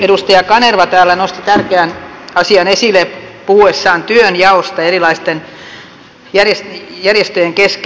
edustaja kanerva täällä nosti tärkeän asian esille puhuessaan työnjaosta erilaisten järjestöjen kesken